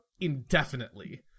indefinitely